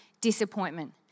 disappointment